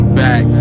back